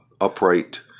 upright